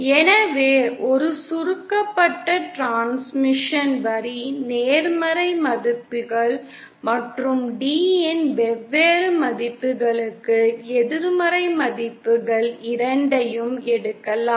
எனவே ஒரு சுருக்கப்பட்ட டிரான்ஸ்மிஷன் வரி நேர்மறை மதிப்புகள் மற்றும் d இன் வெவ்வேறு மதிப்புகளுக்கு எதிர்மறை மதிப்புகள் இரண்டையும் எடுக்கலாம்